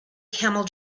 camel